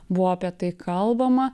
buvo apie tai kalbama